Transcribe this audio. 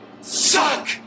suck